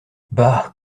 bah